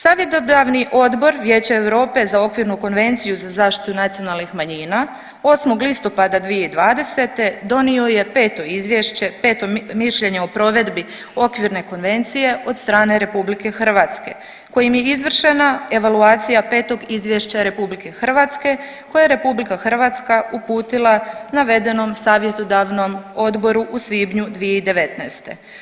Savjetodavni odbor Vijeća Europe za Okvirnu konvencije za zaštitu nacionalnih manjina 8. listopada 2020. donio je 5. mišljenje o provedbi Okvirne konvencije od strane RH kojim je izvršena evaluacija 5. izvješća RH koje je RH uputila navedenom savjetodavnom odboru u svibnju 2019.